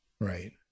Right